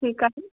ठीकु आहे जी